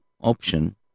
option